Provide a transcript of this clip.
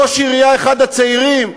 ראש עירייה, אחד הצעירים,